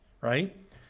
right